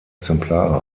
exemplare